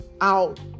out